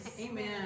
Amen